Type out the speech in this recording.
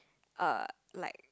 err like